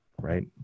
right